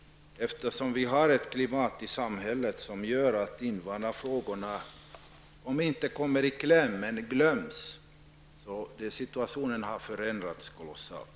Vi har ett klimat i samhället som gör att invandrarfrågorna lätt glöms bort. Situationen har förändrats kolossalt.